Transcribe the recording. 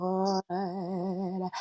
Lord